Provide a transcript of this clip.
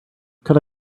could